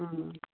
অঁ